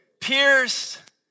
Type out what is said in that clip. pierced